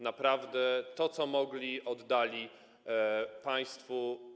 Naprawdę to, co mogli, oddali państwu.